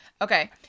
Okay